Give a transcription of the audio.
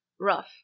rough